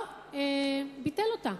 כמו גם בקודמת, לא ביטל אותה.